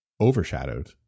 overshadowed